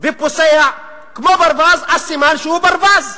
ופוסע כמו ברווז, אז סימן שהוא ברווז.